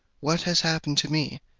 what has happened to me,